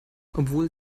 obwohl